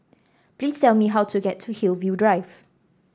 please tell me how to get to Hillview Drive